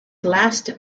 last